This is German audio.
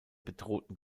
bedrohten